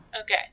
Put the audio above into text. Okay